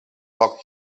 poc